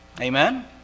Amen